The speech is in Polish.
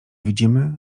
widzimy